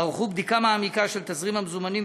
ערכו בדיקה מעמיקה של תזרים המזומנים